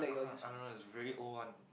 I don't know it's a very old one